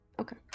Okay